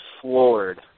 floored